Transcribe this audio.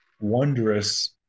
wondrous